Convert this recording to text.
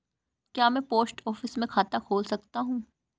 क्या मैं post office में खाता खोल सकता हूँ?